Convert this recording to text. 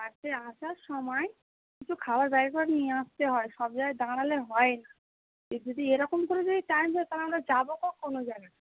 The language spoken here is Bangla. বাসে আসার সময় কিছু খাওয়ার জায়গাও নিয়ে আসতে হয় সব জায়গায় দাঁড়ালে হয় এ যদি এরকম করে যদি টাইম যায় তাহলে যাবো কখন